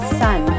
son